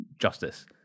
justice